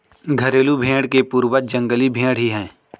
घरेलू भेंड़ के पूर्वज जंगली भेंड़ ही है